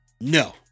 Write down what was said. no